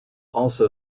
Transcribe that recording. also